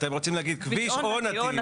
אתם רוצים להגיד כביש או נתיב.